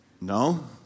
No